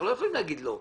אנחנו לא יכולים לומר לא,